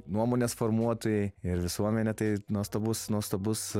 nuomonės formuotojai ir visuomenė tai nuostabus nuostabus